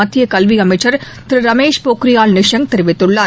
மத்திய கல்வி அமைச்சர் திரு ரமேஷ் பொக்ரியால் தெரிவித்துள்ளார்